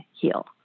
heal